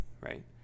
right